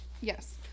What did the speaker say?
Yes